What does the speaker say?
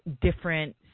different